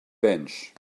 bench